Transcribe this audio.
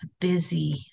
busy